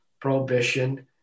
prohibition